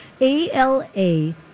A-L-A-